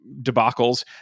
debacles